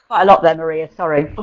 a lot there maria, sorry.